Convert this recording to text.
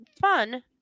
fun